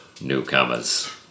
Newcomers